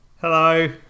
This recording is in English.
Hello